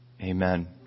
Amen